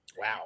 Wow